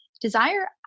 desire